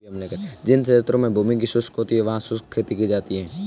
जिन क्षेत्रों में भूमि शुष्क होती है वहां शुष्क खेती की जाती है